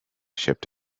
shipped